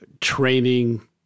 training